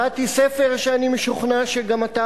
וכשגדלתי קראתי ספר שאני משוכנע שגם אתה,